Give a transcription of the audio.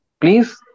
please